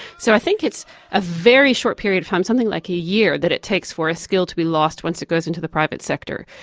so i think it's a very short period of time, something like a year, that it takes for a skill to be lost once it goes into the private sector.